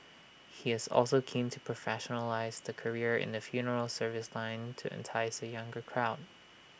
he is also keen to professionalise the career in the funeral service line to entice A younger crowd